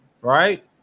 right